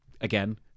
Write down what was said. Again